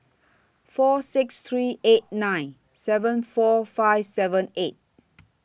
four six three eight nine seven four five seven eight